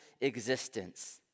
existence